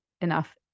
enough